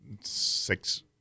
six